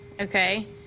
Okay